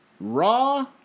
Raw